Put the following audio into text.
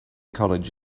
college